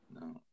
No